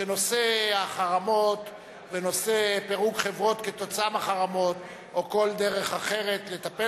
שנושא החרמות ונושא פירוק חברות בגלל חרמות או כל דרך אחרת לטפל